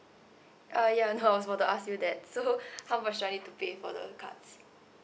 uh ya no I was about to ask you that so how much do I need to pay for the cards